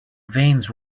veins